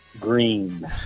green